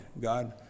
God